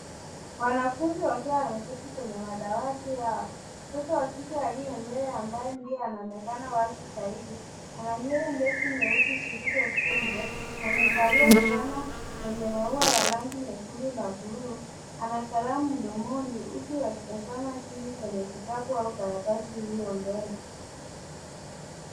Wanafunzi wakiwa wameketi kwenye madawati yao. Mtoto wa kike aliye mbele ambaye ndiye anayeonekana wazi zaidi. Ana nywele ndefu nyeusi zilizofungwa na amevalia fulana yenye maua ya rangi nyekundu na bluu. Ana kalamu mdomoni huku akitazama chini kwenye kitabu au karatasi iliyo mbele.